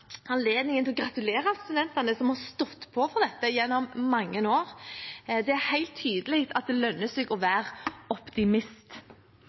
anledningen til å gratulere studentene, som har stått på for dette gjennom mange år. Det er helt tydelig at det lønner seg å